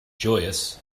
joyous